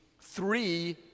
three